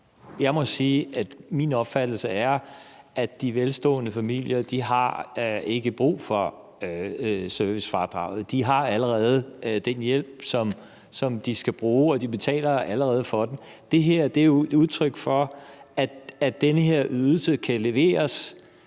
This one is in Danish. min opfattelse er, at de velstående familier ikke har brug for servicefradraget. De har allerede den hjælp, som de skal bruge, og de betaler allerede for den. Det her er et udtryk for, at den her ydelse kan leveres